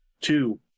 Two